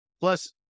Plus